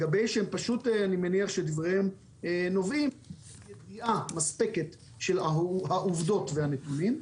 שהם פשוט אני מניח שדבריהם נובעים מאי ידיעה מספקת של העובדות והנתונים.